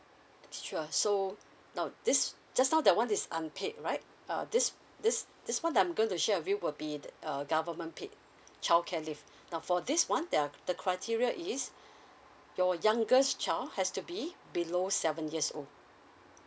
sure so now this just now that one is unpaid right uh this this this one I'm going to share with you will be the uh government paid childcare leave now for this one there're the criteria is your youngest child has to be below seven years old